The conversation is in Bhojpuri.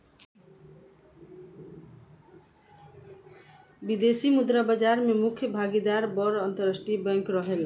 विदेशी मुद्रा बाजार में मुख्य भागीदार बड़ अंतरराष्ट्रीय बैंक रहेला